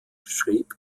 schrieb